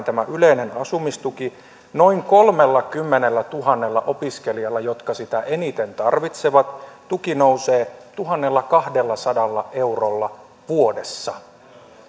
tämä yleinen asumistuki menee eteenpäin noin kolmellakymmenellätuhannella opiskelijalla jotka sitä eniten tarvitsevat tuki nousee tuhannellakahdellasadalla eurolla vuodessa